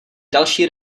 další